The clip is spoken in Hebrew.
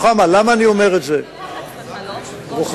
לא באים להתקלח אצלך, מן הסתם.